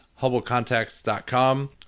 HubbleContacts.com